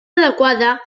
adequada